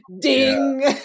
ding